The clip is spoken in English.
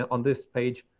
on this page,